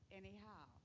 anyhow